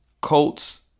Colts